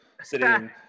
sitting